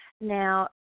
Now